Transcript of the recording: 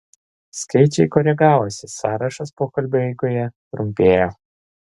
skaičiai koregavosi sąrašas pokalbio eigoje trumpėjo